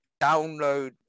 download